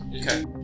Okay